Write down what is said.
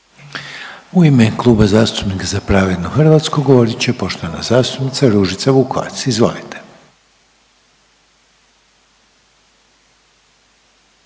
u ime Kluba zastupnika Za pravednu Hrvatsku poštovana zastupnica Ružica Vukovac. Izvolite.